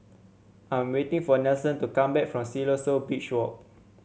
I'm waiting for Nelson to come back from Siloso Beach Walk